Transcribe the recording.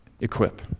Equip